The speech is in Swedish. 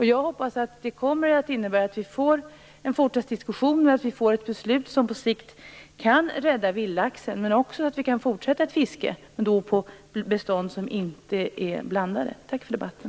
Jag hoppas att det här innebär att vi får en fortsatt diskussion och ett beslut som på sikt kan rädda vildlaxen och att vi kan fortsätta med fiske på bestånd som inte är blandade. Tack för debatten!